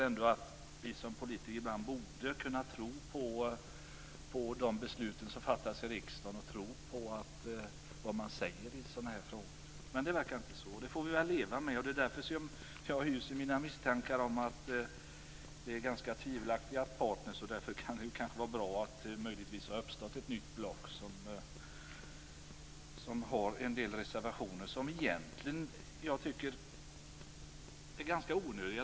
Vi politiker borde ibland kunna tro på de beslut som fattas i riksdagen. Det verkar inte så, och det får vi väl leva med. Det är därför jag hyser mina misstankar om tvivelaktiga partner. Därför kan det vara bra att det uppstått ett nytt block med en del reservationer. De är egentligen ganska onödiga.